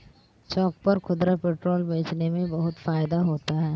चौक पर खुदरा पेट्रोल बेचने में बहुत फायदा होता है